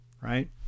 right